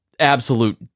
absolute